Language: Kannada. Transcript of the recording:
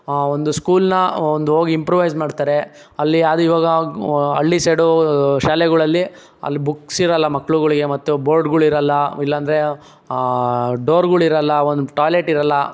ಒಂದು ಸ್ಕೂಲ್ನ ಒಂದು ಹೋಗಿ ಇಂಪ್ರೊವೈಸ್ ಮಾಡ್ತಾರೆ ಅಲ್ಲಿ ಅದು ಈವಾಗ ಹಳ್ಳಿ ಸೈಡು ಶಾಲೆಗಳಲ್ಲಿ ಅಲ್ಲಿ ಬುಕ್ಸ್ ಇರಲ್ಲ ಮಕ್ಕಳುಗಳಿಗೆ ಮತ್ತು ಬೋರ್ಡ್ಗಳು ಇರಲ್ಲ ಇಲ್ಲಾಂದ್ರೆ ಡೋರ್ಗಳು ಇರಲ್ಲ ಒಂದು ಟಾಯ್ಲೆಟ್ ಇರಲ್ಲ